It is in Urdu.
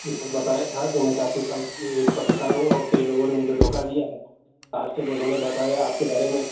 بتایا تھا کہ میں کافی سال پریشان ہوں اور کئی لوگوں نے مجھے دھوکہ دیا ہے لاسٹ میں انہوں نے بتایا آپ کے بارے میں